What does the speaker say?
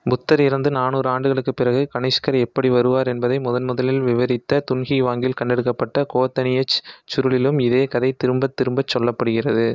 புத்தர் இறந்து நானூறு ஆண்டுகளுக்குப் பிறகு கனிஷ்கர் எப்படி வருவார் என்பதை முதன்முதலில் விவரித்த துன்ஹுவாங்கில் கண்டெடுக்கப்பட்ட கோத்தனீயச் சுருளிலும் இதே கதை திரும்பத் திரும்பச் சொல்லப்படுகிறது